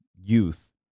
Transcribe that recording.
youth